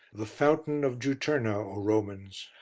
the fountain of juturna, o romans,